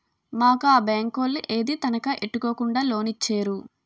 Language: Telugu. మాకు ఆ బేంకోలు ఏదీ తనఖా ఎట్టుకోకుండా లోనిచ్చేరు